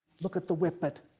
look at the whippet,